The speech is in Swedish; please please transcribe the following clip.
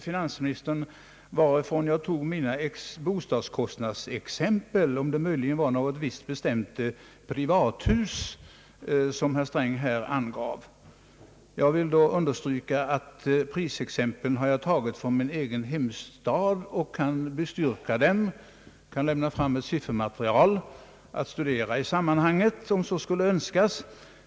Finansministern undrade varifrån jag tog mina bostadskostnadsexempel och om det möjligen var från något visst av herr Sträng angivet privatbyggt hus. Prisexemplen har jag tagit från min egen hemstad, och jag kan bestyrka dem genom att lägga fram ett siffermaterial att studera om så skulle önskas.